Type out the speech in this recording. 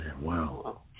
Wow